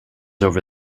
over